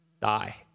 die